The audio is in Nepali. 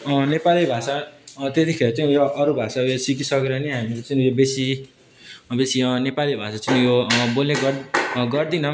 नेपाली भाषा त्यतिखेर चाहिँ उयो अरू भाषा उयो सिकिसकेर नि हामीले चाहिँ नि यो बेसी बेसी नेपाली भाषा चाहिँ यो बोल्ने गर गर्दिनौँ